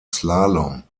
slalom